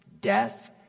Death